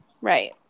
Right